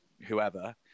whoever